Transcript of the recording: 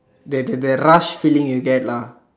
that that that rush feeling you get lah